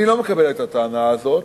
אני לא מקבל את הטענה הזאת,